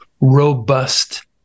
robust